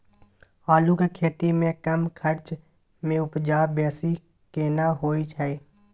आलू के खेती में कम खर्च में उपजा बेसी केना होय है?